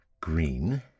green